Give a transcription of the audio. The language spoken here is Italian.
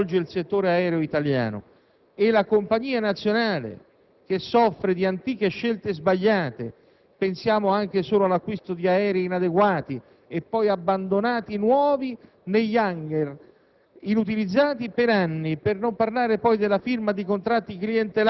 È infatti oggi del tutto evidente la profonda crisi che attraversa il settore aereo italiano e la compagnia nazionale, che soffre di antiche scelte sbagliate. Pensiamo anche solo all'acquisto di aerei inadeguati e poi abbandonati nuovi negli *hangar*,